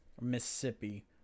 Mississippi